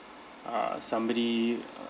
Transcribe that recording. uh somebody uh